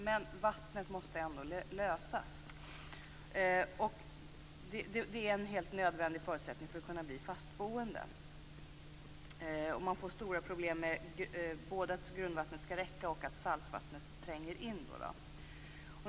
Men vattenproblemet måste ändå lösas. Det är en helt nödvändig förutsättning för att människor skall kunna bli fastboende i skärgården. Och man får stora problem både med att få grundvattnet att räcka och med att saltvattnet tränger in.